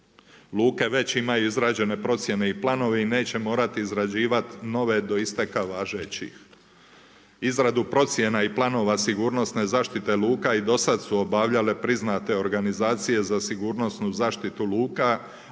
Luke već imaju izrađene procjene i planovi i neće morati izrađivati nove do isteka važećih. Izradu procjenu i planova sigurnosnih zaštita luka i do sada su obavljale priznate organizacije za sigurnosnu zaštitu luka,